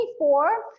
24